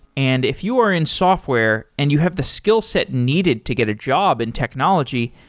and if you are in software and you have the skillset needed to get a job in technology,